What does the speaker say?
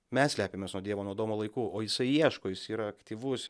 mes slepiamės nuo dievo nuo adomo laikų o jisai ieško jis yra aktyvus